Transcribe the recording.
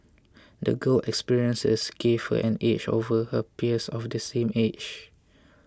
the girl experiences gave her an edge over her peers of the same age